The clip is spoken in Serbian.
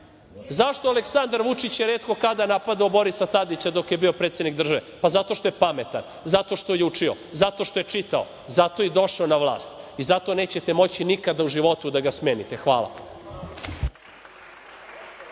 Zašto je Aleksandar Vučić retko kada napadao Borisa Tadića dok je bio predsednik države, zato što je pametan, zato što je učio, zato što je čitao, zato je i došao na vlast i zato nećete moći nikada u životu da ga smenite. Hvala.